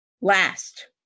Last